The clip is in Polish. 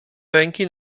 ręki